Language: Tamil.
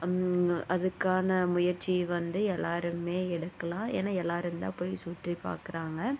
அதுக்கான முயற்சி வந்து எல்லாருமே எடுக்கலாம் ஏன்னா எல்லாரும் தான் போய் சுற்றி பார்க்குறாங்க